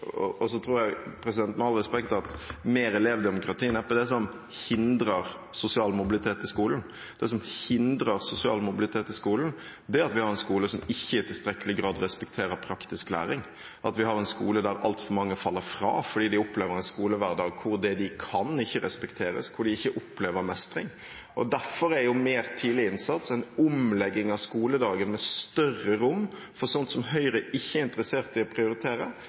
Og så tror jeg med all respekt at mer elevdemokrati neppe er det som hindrer sosial mobilitet i skolen. Det som hindrer sosial mobilitet i skolen, er at vi har en skole som ikke i tilstrekkelig grad respekterer praktisk læring, at vi har en skole der altfor mange faller fra fordi de opplever en skolehverdag hvor det de kan, ikke respekteres, hvor de ikke opplever mestring. Derfor er mer tidlig innsats og en omlegging av skoledagen med større rom for sånt som Høyre ikke er interessert i å prioritere